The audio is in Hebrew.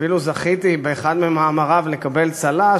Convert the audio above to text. אפילו זכיתי באחד ממאמריו לקבל צל"ש,